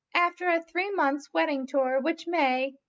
after a three months' wedding-tour which may,